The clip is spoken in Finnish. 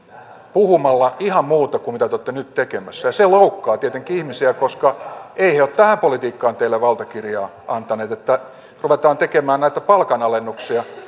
puhumalla ihan muuta kuin mitä te olette nyt tekemässä ja se loukkaa tietenkin ihmisiä koska eivät he ole tähän politiikkaan teille valtakirjaa antaneet että ruvetaan tekemään näitä palkanalennuksia